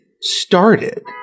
started